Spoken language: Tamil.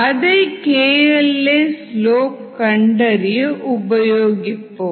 அதை kL a ஸ்லோப் கண்டறிய உபயோகிப்போம்